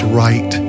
right